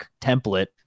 template